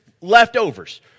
leftovers